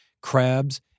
crabs